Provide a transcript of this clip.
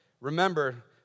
Remember